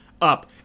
up